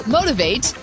Motivate